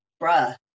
bruh